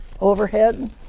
overhead